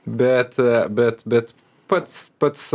bet bet bet pats pats